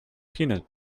peanut